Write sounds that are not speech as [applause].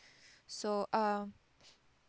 [breath] so um